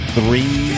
three